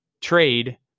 trade